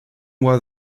was